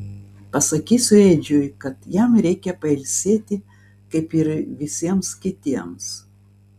pasakysiu edžiui kad jam reikia pailsėti kaip ir visiems kitiems